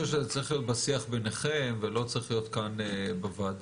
שזה צריך להיות בשיח ביניכם ולא צריך להיות כאן בוועדה.